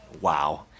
wow